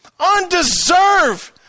undeserved